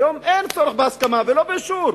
היום אין צורך לא בהסכמה ולא באישור.